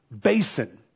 basin